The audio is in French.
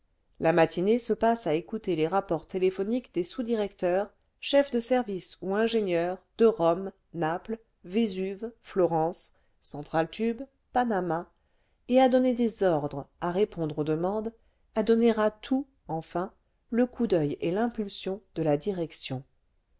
la matinée se passe à écouter les rapports téléphoniques des sous directeurs chefs de service ou ingénieurs de rome naples vésuve florence centraltube panama et à donner des ordres à répondre aux demandes à donner à tout enfin le coup d'oeil et l'impulsion de la direction